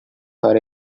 are